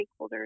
stakeholders